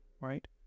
right